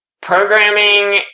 programming